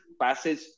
passage